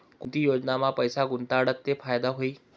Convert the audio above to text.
कोणती योजनामा पैसा गुताडात ते फायदा व्हई?